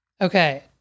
Okay